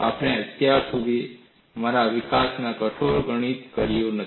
આપણે અત્યાર સુધી અમારા વિકાસમાં કઠોર ગણિત કર્યું નથી